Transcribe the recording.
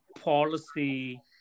policy